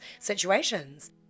situations